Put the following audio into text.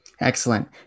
Excellent